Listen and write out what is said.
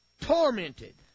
tormented